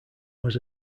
was